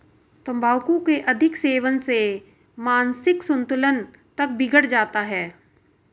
तंबाकू के अधिक सेवन से मानसिक संतुलन तक बिगड़ जाता है